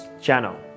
channel